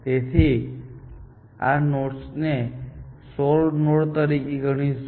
તેથી અમે આ નોડ્સને સોલ્વ્ડ નોડ તરીકે ગણીશું